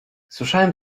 słyszałem